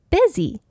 Busy